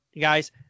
guys